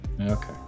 Okay